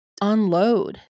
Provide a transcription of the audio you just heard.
unload